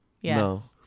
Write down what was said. Yes